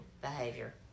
behavior